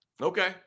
Okay